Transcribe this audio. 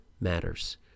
matters